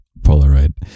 Polaroid